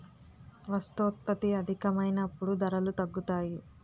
వస్తోత్పత్తి అధికమైనప్పుడు ధరలు తగ్గుతాయి